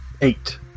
Eight